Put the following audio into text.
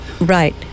Right